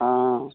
हँ